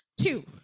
Two